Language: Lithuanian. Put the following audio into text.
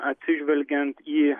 atsižvelgiant į